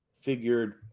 figured